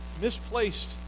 misplaced